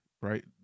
right